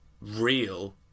real